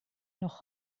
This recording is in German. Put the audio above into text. noch